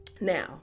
Now